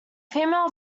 female